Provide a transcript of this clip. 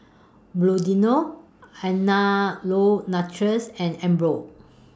Bluedio Andalou Naturals and Emborg